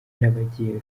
n’abagiye